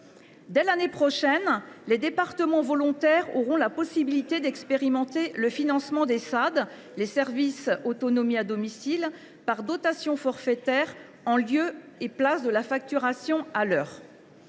Dès l’année prochaine, les départements volontaires auront la possibilité d’expérimenter le financement des services autonomie à domicile par des dotations forfaitaires, au lieu de facturations à l’heure.